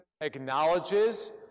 acknowledges